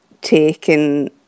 taken